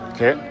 Okay